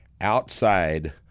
outside